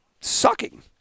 sucking